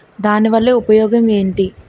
దాని వల్ల ఉపయోగం ఎంటి?